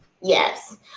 yes